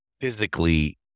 physically